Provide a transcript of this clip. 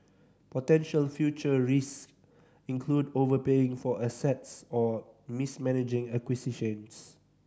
potential future risk include overpaying for assets or mismanaging acquisitions